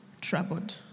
troubled